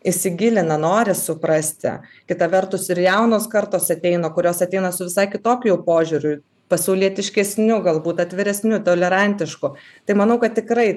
įsigilina nori suprasti kita vertus ir jaunos kartos ateina kurios ateina su visai kitokiu jau požiūriu pasaulietiškesniu galbūt atviresniu tolerantišku tai manau kad tikrai